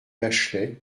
bachelay